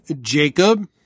Jacob